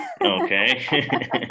Okay